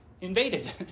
invaded